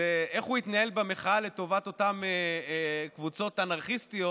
הוא איך הוא יתנהל במחאה לטובת אותן קבוצות אנרכיסטיות.